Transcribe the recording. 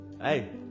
Hey